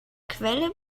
quelle